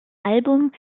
album